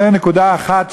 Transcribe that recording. זה נקודה אחת,